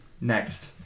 Next